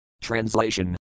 Translation